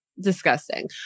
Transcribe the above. Disgusting